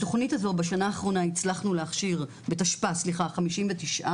בתכנית הזו, הצלחנו להכשיר בתשפ"א 59 איש,